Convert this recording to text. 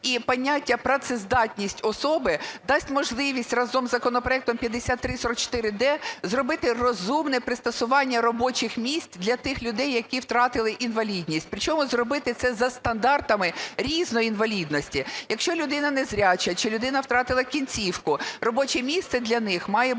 і поняття "працездатність особи" дасть можливість разом з законопроектом 5344-д зробити розумне пристосування робочих місць для тих людей, які втратили інвалідність. Причому зробити це за стандартами різної інвалідності. Якщо людина незряча, чи людина втратила кінцівку, робоче місце для них має бути